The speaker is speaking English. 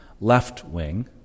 left-wing